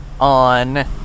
on